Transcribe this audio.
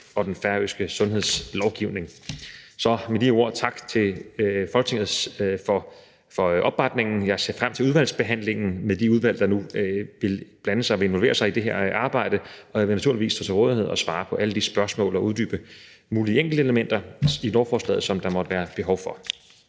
og den færøske sundhedslovgivning. Så med de ord tak til Folketinget for opbakningen. Jeg ser frem til udvalgsbehandlingen i de udvalg, der nu vil blande sig og involvere sig i det her arbejde, og jeg vil naturligvis stå til rådighed og svare på alle de spørgsmål og uddybe de enkeltelementer i lovforslaget, som der måtte være behov for.